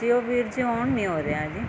ਅਤੇ ਉਹ ਵੀਰ ਜੀ ਔਨ ਨਹੀਂ ਹੋ ਰਿਹਾ ਜੀ